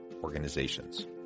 Organizations